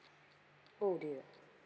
oh dear